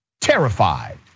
terrified